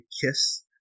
Kiss